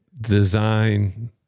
design